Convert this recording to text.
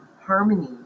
harmony